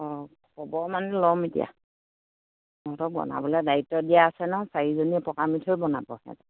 অঁ খ'বৰ মানে ল'ম এতিয়া বনাবলে দায়িত্ব দিয়া আছে ন চাৰিজনীয়ে পকা মিঠৈ বনাব